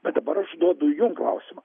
bet dabar aš duodu jum klausimą